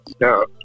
No